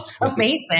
amazing